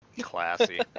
Classy